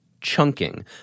chunking